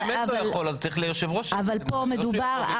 אבל פה מדובר,